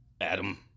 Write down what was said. Adam